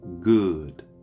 good